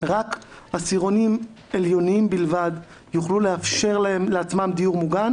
רק העשירונים העליונים יוכלו לאפשר לעצמם דיור מוגן.